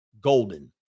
golden